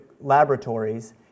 laboratories